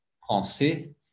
français